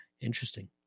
Interesting